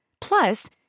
Plus